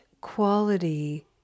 quality